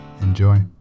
Enjoy